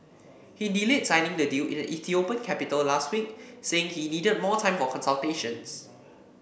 he delayed signing the deal in the Ethiopian capital last week saying he needed more time for consultations